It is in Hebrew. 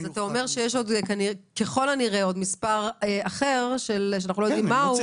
אתה אומר שככל הנראה יש עוד מספר אחר שאנחנו לא יודעים מהו.